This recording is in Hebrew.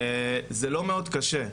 זה לא מאוד קשה.